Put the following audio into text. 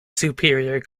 superior